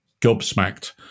gobsmacked